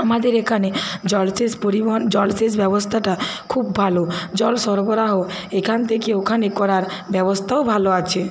আমাদের এখানে জলসেচ পরিবহন জলসেচ ব্যবস্থাটা খুব ভালো জল সরবরাহ এখান থেকে ওখানে করার ব্যবস্থাও ভালো আছে